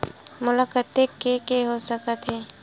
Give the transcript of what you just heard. मोला कतेक के के हो सकत हे?